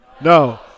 No